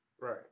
right